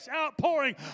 outpouring